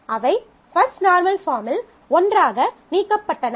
அவை first normal பாஃர்ம்மில் ஒன்றாக நீக்கப்பட்டன